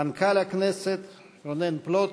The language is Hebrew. מנכ"ל הכנסת רונן פלוט,